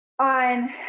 on